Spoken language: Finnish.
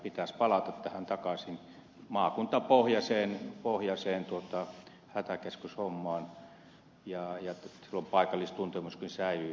pitäisi palata takaisin tähän maakuntapohjaiseen hätäkeskushommaan ja silloin paikallistuntemuskin säilyy